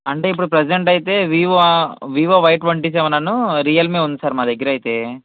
అంటే ఇప్పుడు ప్రజెంటైతే వివో వివో వై ట్వంటీ సెవెనను రియల్మీ ఉంది సార్ మా దగ్గరైతే